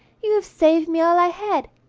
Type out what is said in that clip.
you have saved me all i had.